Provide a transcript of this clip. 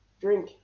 drink